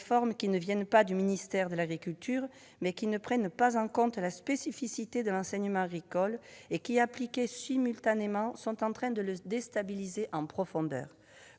ne proviennent pas du ministère de l'agriculture, mais elles ne prennent pas en compte la spécificité de l'enseignement agricole. De plus, appliquées simultanément, elles sont en train de le déstabiliser en profondeur.